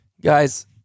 Guys